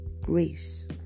grace